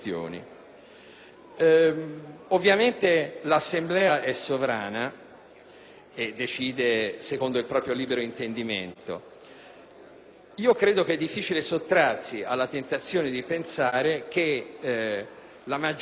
Ovviamente l'Assemblea è sovrana e decide secondo il proprio libero intendimento. Io credo che sia difficile sottrarsi alla tentazione di pensare che la maggioranza